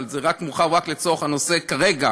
אבל זה מורחב רק לצורך הנושא כרגע,